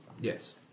Yes